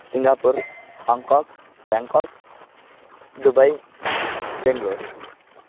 Singapore Hong Kong Bangkok Dubai Bengaluru